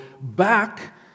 back